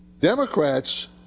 Democrats